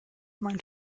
mein